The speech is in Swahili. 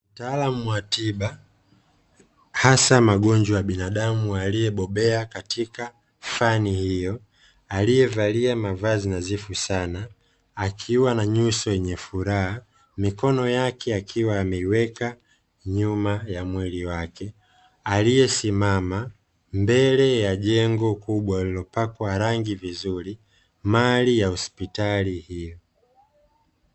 Mtaalamu wa tiba, hasa magonjwa ya binadamu, aliyebobea katika fani hiyo, aliyevaa mavazi nadhifu sana, akiwa na uso wenye furaha, mikono yake akiwa ameiweka nyuma ya mwili wake. Aliyesimama mbele ya jengo kubwa lililopakwa rangi vizuri, mali ya hospitali hiyo.